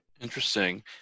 Interesting